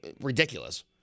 ridiculous